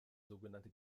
sogenannte